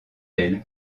elle